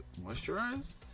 moisturize